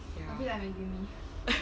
ya